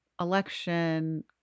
election